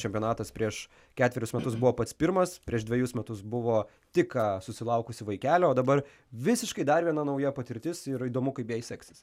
čempionatas prieš ketverius metus buvo pats pirmas prieš dvejus metus buvo tik ką susilaukusi vaikelio o dabar visiškai dar viena nauja patirtis ir įdomu kaip jai seksis